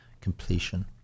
completion